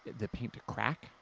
the paint to crack,